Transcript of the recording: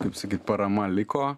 kaip sakyt parama liko